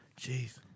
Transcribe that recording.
Jeez